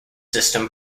system